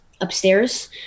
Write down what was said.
upstairs